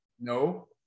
no